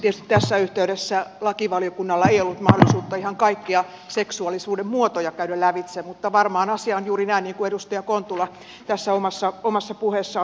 tietysti tässä yhteydessä lakivaliokunnalla ei ollut mahdollisuutta ihan kaikkia seksuaalisuuden muotoja käydä lävitse mutta varmaan asia on juuri näin niin kuin edustaja kontula tässä omassa puheessaan totesi